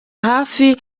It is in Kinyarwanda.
hafi